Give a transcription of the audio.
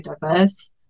diverse